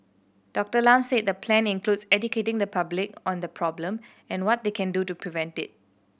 Doctor Lam said the plan includes educating the public on the problem and what they can do to prevent it